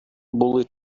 були